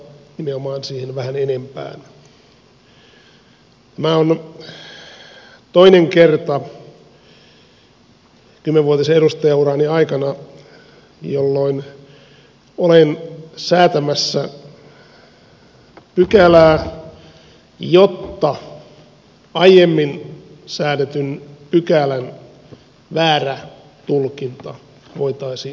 tämä on toinen kerta kymmenvuotisen edustajanurani aikana jolloin olen säätämässä pykälää jotta aiemmin säädetyn pykälän väärä tulkinta voitaisiin oikaista